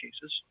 cases